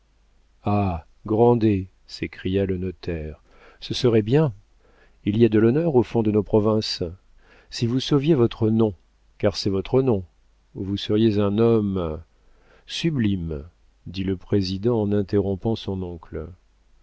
s'écria le notaire ce serait bien il y a de l'honneur au fond de nos provinces si vous sauviez votre nom car c'est votre nom vous seriez un homme sublime dit le président en interrompant son oncle